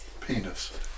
penis